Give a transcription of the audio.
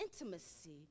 intimacy